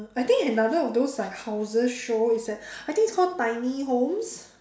I think another of those like houses show it's like I think it's called tiny homes